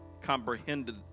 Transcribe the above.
comprehended